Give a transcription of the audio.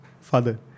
father